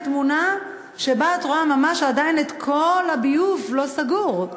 בתמונה שבה את רואה ממש את כל הביוב לא סגור.